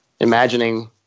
imagining